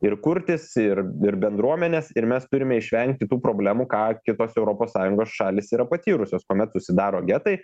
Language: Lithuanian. ir kurtis ir ir bendruomenes ir mes turime išvengti tų problemų ką kitos europos sąjungos šalys yra patyrusios kuomet susidaro getai